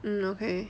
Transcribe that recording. um okay